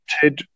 TED